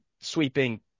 sweeping